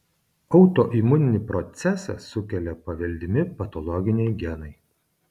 autoimuninį procesą sukelia paveldimi patologiniai genai